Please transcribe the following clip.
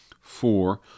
Four